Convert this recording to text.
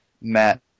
Matt